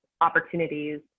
opportunities